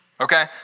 okay